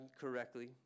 correctly